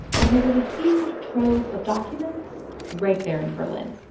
and there was a huge trove of documents right there in berlin